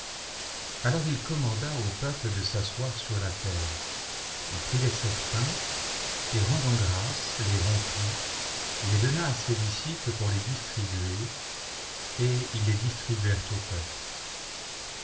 alors il commanda au peuple de s'asseoir sur la terre il prit les sept pains et rendant grâces les rompit les donna à ses disciples pour les distribuer et ils les distribuèrent au peuple